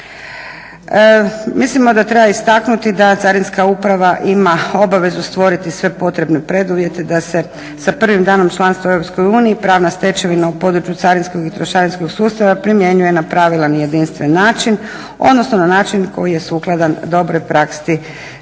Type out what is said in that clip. Mislimo da treba istaknuti da carinska uprava ima obavezu stvoriti sve potrebne preduvjete da se sa prvim danom članstva u EU pravna stečevina u području carinskog i trošarinskog sustava primjenjuje na pravilan i jedinstven način odnosno na način koji je sukladan dobroj praksi